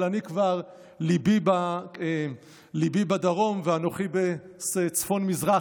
אבל ליבי בדרום ואנוכי בצפון מזרח,